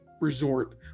resort